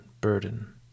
burden